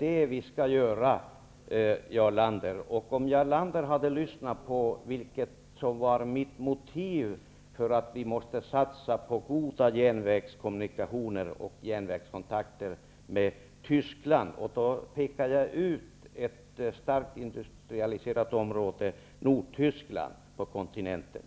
krävs i Nordtyskland, sade Jarl Lander. Jo, det skall vi. Jag vet inte om Jarl Lander lyssnade när jag redogjorde för mitt motiv till att vi måste satsa på goda järnvägskommunikationer och järnvägskontakter med Tyskland. Jag valde ett starkt industrialiserat område som Nordtyskland på kontinenten.